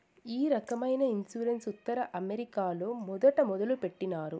ఈ రకమైన ఇన్సూరెన్స్ ఉత్తర అమెరికాలో మొదట మొదలుపెట్టినారు